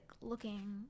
looking